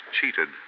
cheated